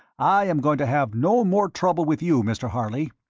i am going to have no more trouble with you, mr. harley.